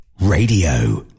Radio